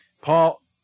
Paul